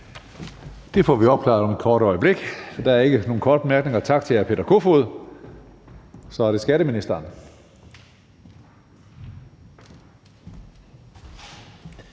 Det får vi opklaret om et kort øjeblik. Der er ikke nogen korte bemærkninger. Tak til hr. Peter Kofod. Så er det skatteministeren.